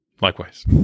Likewise